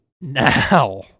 now